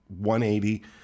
180